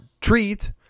treat